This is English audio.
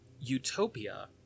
utopia